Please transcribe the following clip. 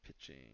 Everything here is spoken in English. pitching